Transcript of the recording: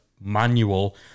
manual